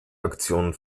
aktionen